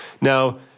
Now